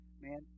man